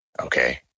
okay